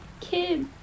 kids